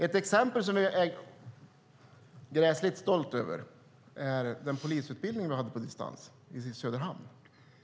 Ett exempel som jag är stolt över är den polisutbildning som vi hade på distans i Söderhamn.